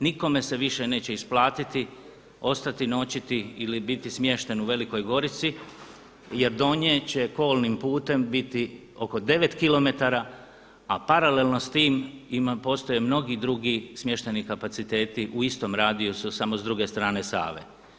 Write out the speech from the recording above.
Nikome se više neće isplatiti ostati noćiti ili biti smješten u Velikoj Gorici jer do nje će kolnim putem biti oko 9km a paralelno s time postoje mnogi drugi smještajni kapaciteti u istom radijusu samo s druge strane Save.